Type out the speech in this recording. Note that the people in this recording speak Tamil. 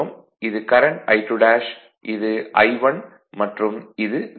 இது கரண்ட் I2 இது I1 மற்றும் இது V